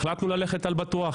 החלטנו ללכת על בטוח,